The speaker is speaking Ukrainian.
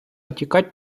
тікать